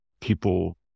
people